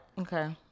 Okay